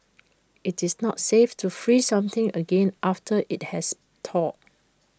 IT is not safe to freeze something again after IT has thawed